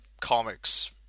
comics